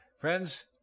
Friends